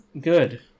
good